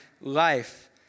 life